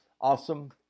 Awesome